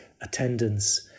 attendance